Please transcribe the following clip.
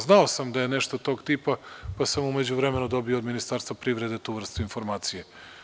Znao sam da je nešto tog tipa, pa sam u međuvremenu dobio od Ministarstva privrede tu vrstu informacije.